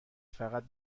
فقط